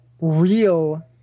real